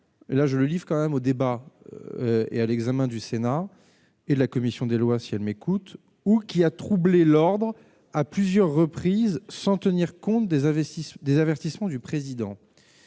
L je lis quand même au débat et à l'examen du Sénat et la commission des lois si elle m'écoute ou qui a troublé l'ordre à plusieurs reprises, sans tenir compte des investissements des